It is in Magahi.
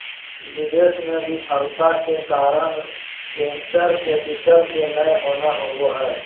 निवेश मे विफलता के कारण वेंचर कैपिटल के नय होना होबा हय